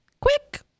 quick